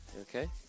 Okay